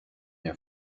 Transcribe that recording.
new